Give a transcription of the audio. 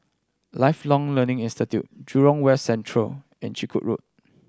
Lifelong Learning Institute Jurong West Central and Chiku Road